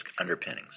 underpinnings